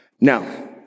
Now